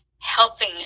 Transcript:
helping